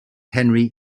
henry